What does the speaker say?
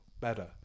better